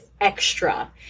extra